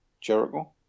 Jericho